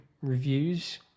reviews